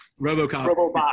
RoboCop